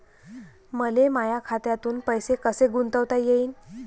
मले माया खात्यातून पैसे कसे गुंतवता येईन?